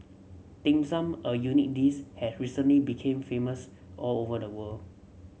Dim Sum a unique this had recently became famous all over the world